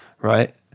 right